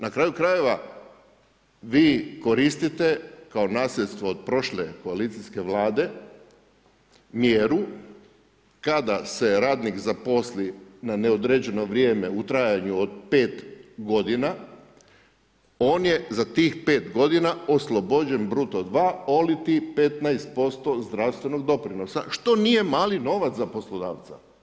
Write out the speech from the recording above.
Na kraju krajeva, vi koristite kao nasljedstvo od prošle koalicijske Vlade mjeru kada se radnik zaposli na neodređeno vrijeme u trajnu od 5 godina, on je za tih 5 godina oslobođen bruto 2, oliti 15% zdravstvenog doprinosa, što nije mali novac za poslodavca.